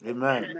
Amen